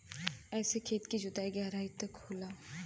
एसे खेत के जोताई गहराई तक होला